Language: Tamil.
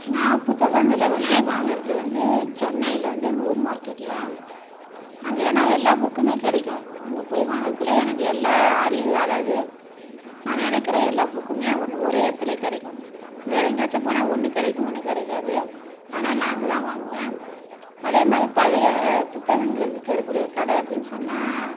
நான் புத்தகங்களை வந்து வாங்குறது வந்து சென்னையில வந்து நூர் மார்க்கெட்டில் அங்கே ஏன்னா எல்லா புக்குமே கிடைக்கும் அங்கே போய் வாங்கக்குள்ளே எனக்கு எல்லா அறிவு அதாவது நான் நினைக்கிற எல்லா புக்குமே வந்து ஒரே இடத்துலயே கிடைக்கும் வேறு எங்கையாச்சம் போனால் ஒன்று கிடைக்கும் ஒன்று கிடைக்காது அதனால நான் அங்கதான் வாங்குவேன் அதே மாதிரி பழைய புத்தகங்களை விற்கறக்கூடிய கடை அப்படின்னு சொன்னால்